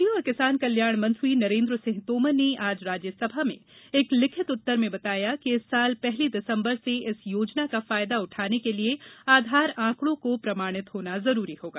कृषि और किसान कल्याण मंत्री नरेंद्र सिंह तोमर ने आज राज्यसभा में एक लिखित उत्तर में बताया कि इस साल पहली दिसम्बर से इस योजना का फायदा उठाने के लिए आधार आंकड़ों को प्रमाणित होना जरूरी होगा